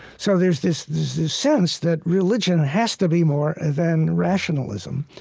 so there's this sense that religion has to be more than rationalism.